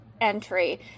entry